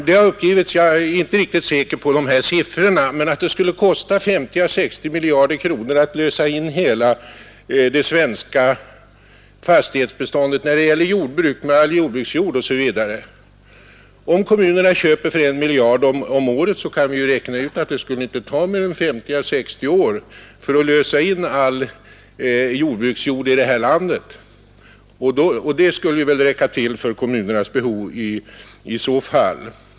Det har uppgivits — jag är inte riktigt säker på dessa siffror — att det skulle kosta 50—60 miljarder kronor att lösa in det svenska fastighetsbeståndet när det gäller jordbruksjord. Om kommunerna köper för 1 miljard kronor om året, kan man lätt räkna ut att det inte skulle ta mer än 50—60 år att lösa in all jordbruksjord i detta land. Det skulle väl räcka till för kommunernas behov.